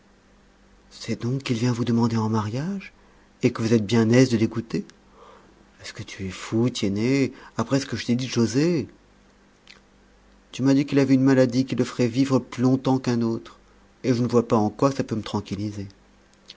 c'est donc qu'il vient vous demander en mariage et que vous êtes bien aise de l'écouter est-ce que tu es fou tiennet après ce que je t'ai dit de joset tu m'as dit qu'il avait une maladie qui le ferait vivre plus longtemps qu'un autre et je ne vois pas en quoi ça peut me tranquilliser